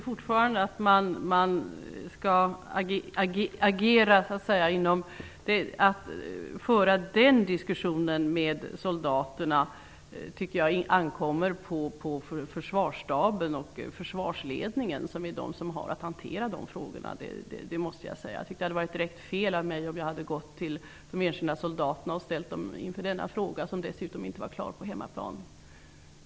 Fru talman! Jag tycker att diskussionen med soldaterna ankommer på försvarsstaben och försvarsledningen. Det är de som skall hantera de frågorna. Det hade varit direkt fel av mig att ställa denna fråga till de enskilda soldaterna. Den var dessutom inte klarlagd på hemmaplan.